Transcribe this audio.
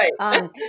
Right